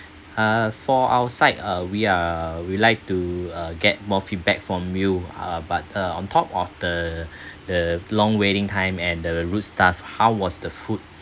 uh for our side uh we are we like to uh get more feedback from you uh but uh on top of the the long waiting time and the rude staff how was the food